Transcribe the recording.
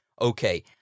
okay